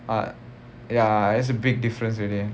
ah ya it's a big difference already